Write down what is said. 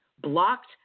blocked